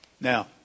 Now